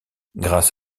grâce